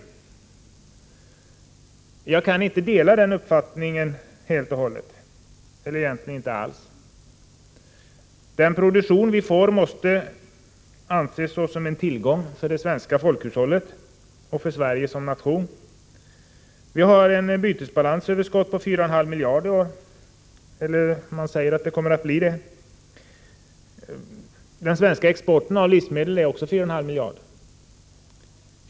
Jag kan inte dela den uppfattningen. Den produktion vi får måste anses såsom en tillgång för det svenska folkhushållet och för Sverige som nation. Man säger att det kommer att bli ett bytesbalansöverskott på 4,5 miljarder. Den svenska livsmedelsexporten är också 4,5 miljarder.